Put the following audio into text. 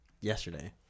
yesterday